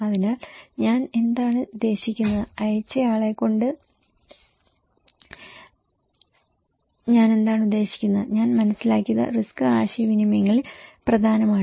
അതിനാൽ ഞാൻ എന്താണ് ഉദ്ദേശിക്കുന്നത് അയച്ചയാളെക്കൊണ്ട് ഞാൻ എന്താണ് ഉദ്ദേശിക്കുന്നത് ഞാൻ മനസ്സിലാക്കിയത് റിസ്ക് ആശയവിനിമയങ്ങളിൽ പ്രധാനമാണ്